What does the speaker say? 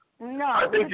No